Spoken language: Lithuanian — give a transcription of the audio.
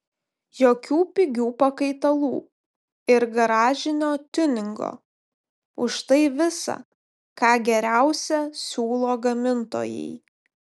jokių pigių pakaitalų ir garažinio tiuningo užtai visa ką geriausia siūlo gamintojai